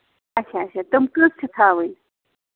اَچھا اَچھا تِم کٔژ چھِ تھاوٕنۍ